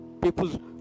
people